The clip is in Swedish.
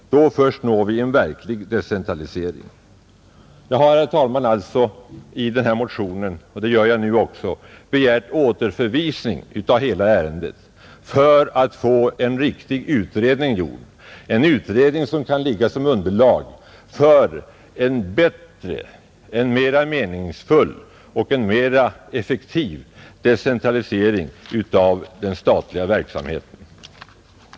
Då först når vi en verklig decentralisering. Jag har alltså, herr talman, i den här motionen begärt — och det gör jag nu också — återförvisning av hela ärendet för att få en riktig utredning gjord, en utredning som kan utgöra underlag för en bättre, en mer meningsfull och mer effektiv decentralisering av den statliga verksamheten.